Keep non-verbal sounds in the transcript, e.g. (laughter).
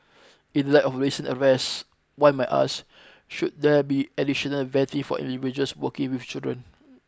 in light of recent arrest one might ask should there be additional vetted for individuals (unintelligible) with children